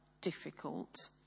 difficult